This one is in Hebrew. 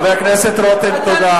חבר הכנסת רותם, תודה.